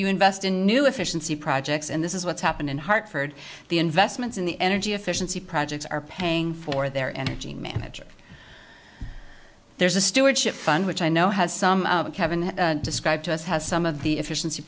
you invest in new efficiency projects and this is what's happened in hartford the investments in the energy efficiency projects are paying for their energy manager there's a stewardship fund which i know has some been described to us has some of the efficiency